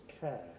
care